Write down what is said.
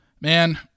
man